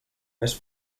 més